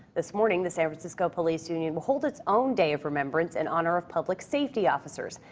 this morning, the san francisco police union will hold its own day of remembrance in honor of public safety officers,